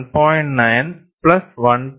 9 plus 1